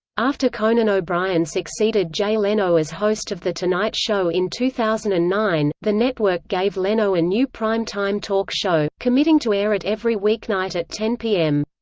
after conan o'brien succeeded jay leno as host of the tonight show in two thousand and nine, the network gave leno a new prime time talk show, committing to air it every weeknight at ten zero p m.